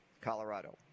Colorado